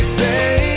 say